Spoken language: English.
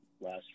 last